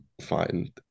find